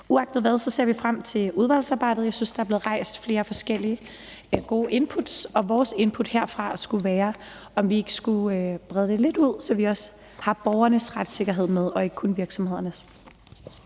Uagtet det ser vi frem til udvalgsarbejdet. Jeg synes, der er blevet givet flere forskellige gode inputs, og vores input herfra skulle være, om vi ikke skulle brede det lidt ud, så vi også har borgernes retssikkerhed med og ikke kun virksomhedernes.